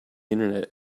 internet